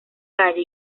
calle